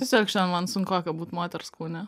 tiesiog šiandien man sunkoka būt moters kūne